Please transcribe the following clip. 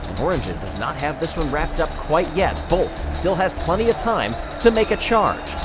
orn does not have this one wrapped up quite yet. blt still has plenty of time to make a charge.